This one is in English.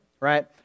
right